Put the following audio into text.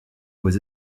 aux